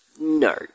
No